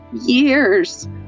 years